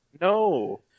No